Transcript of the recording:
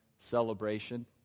celebration